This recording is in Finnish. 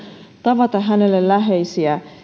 tavata hänelle läheisiä